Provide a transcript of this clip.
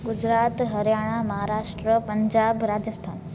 Gujarat Haryana Maharashtra Punjab Rajasthan